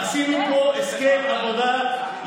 עשינו פה הסכם עבודה,